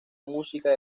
música